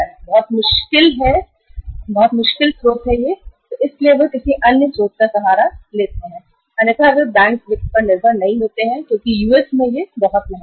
बहुत ही मुश्किल समय में जब उन्हें कोई और स्रोत नहीं मिलता है तब वे इस स्रोत का सहारा लेते हैं अन्यथा वे बैंक वित्त पर निर्भर नहीं करते हैं क्योंकि अमेरिका में यह बहुत महंगा है